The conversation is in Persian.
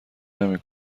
نمی